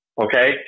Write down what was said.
Okay